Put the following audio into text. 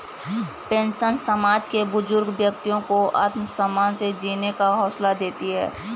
pension समाज के बुजुर्ग व्यक्तियों को आत्मसम्मान से जीने का हौसला देती है